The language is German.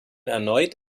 erneut